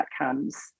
outcomes